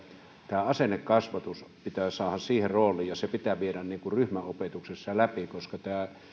tämä asennekasvatus pitää saada oikeaan rooliin ja se pitää viedä ryhmäopetuksessa läpi koska